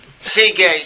Seagate